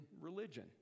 religion